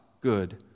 good